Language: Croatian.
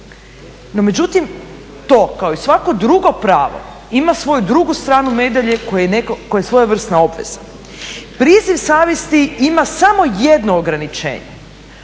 No, međutim, to kao i svako drugo pravo ima svoju drugu stranu medalje koje je svojevrsna obveza. Priziv savjesti ima samo jedno ograničenje